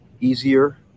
easier